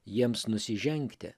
jiems nusižengti